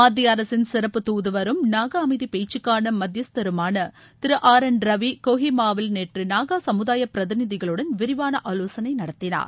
மத்திய அரசின் சிறப்பு துதுவரும் நாகா அமைதி பேச்சுக்கான மத்தியஸ்தருமான திரு ஆர் என் ரவி கோஹிமாவில் நேற்று நாகா சமுதாய பிரதிநிதிகளுடன் விரிவாள ஆலோசளை நடத்தினார்